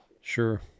Sure